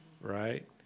right